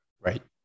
right